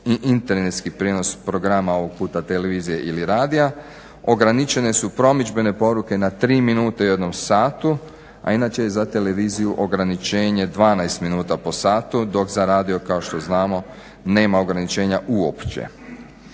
i internetski prijenos programa ovog puta televizije ili radija ograničene su promidžbene poruke na tri minute u jednom satu. A inače je za televiziju ograničenje 12 minuta po satu dok za radio kao što znamo nema ograničenja uopće.